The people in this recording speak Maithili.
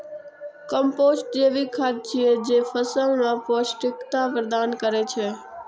कंपोस्ट जैविक खाद छियै, जे फसल कें पौष्टिकता प्रदान करै छै